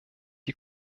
die